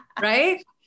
right